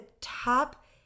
top